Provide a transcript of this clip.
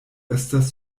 estas